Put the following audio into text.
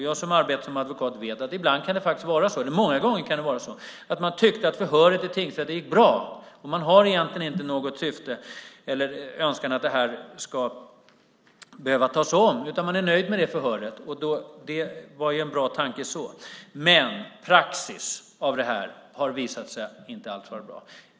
Jag som arbetar som advokat vet att det många gånger kan vara så att man tycker att förhöret i tingsrätten gick bra. Man har ingen önskan om att det ska behöva tas om, utan man är nöjd med förhöret. Det var en bra tanke, men praxis av detta har visat sig inte alls vara bra.